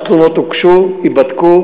התלונות הוגשו, ייבדקו.